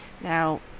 Now